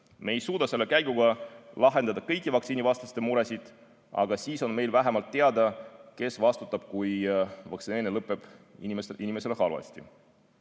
Me ei suuda selle käiguga lahendada kõiki vaktsiinivastaste muresid, aga siis on meil vähemalt teada, kes vastutab, kui vaktsineerimine lõpeb inimesele halvasti.